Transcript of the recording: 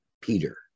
Peter